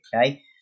okay